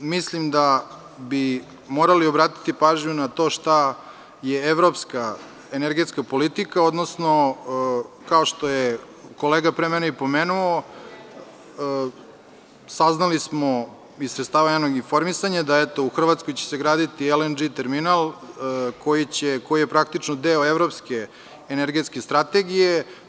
Mislim da bi morali obratiti pažnju na to šta je evropska energetska politika, odnosno, kao što je kolega pre mene i pomenuo, saznali smo iz sredstava javnog informisanja da će se u Hrvatskoj graditi „LNG terminal“, koji je praktično deo Evropske energetske strategije.